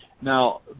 Now